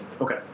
Okay